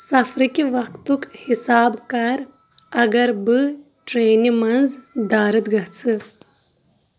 سفرٕ کہِ وقتُک حساب کر اگر بہٕ ٹرینہِ منز دارد گژھہٕ